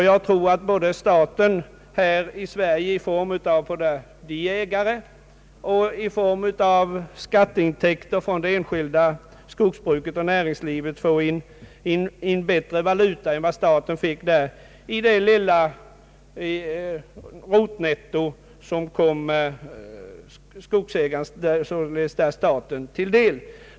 Jag tror att svenska staten både i fråga om intäkter i egenskap av skogsägare och i fråga om skatteintäkter från det enskilda skogsbruket får in bättre valuta än staten där ute fick i det lilla rotnetto som kom staten-skogsägaren till del.